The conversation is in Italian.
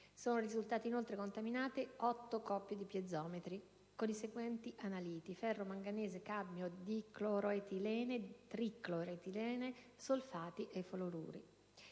Sono risultati inoltre contaminati 8 coppie di piezometri con i seguenti analiti: ferro, manganese, cadmio, dicloroetilene, tricloroetilene, solfati, fluoruri.